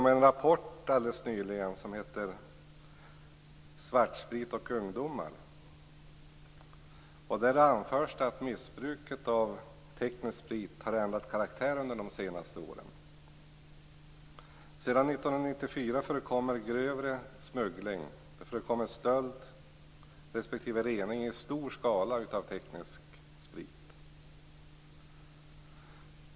I den anförs att missbruket av teknisk sprit har ändrat karaktär under de senaste åren. Sedan 1994 förekommer grövre smuggling, stöld och rening av teknisk sprit i stor skala.